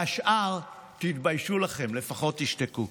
והשאר, תתביישו לכם, לפחות תשתקו.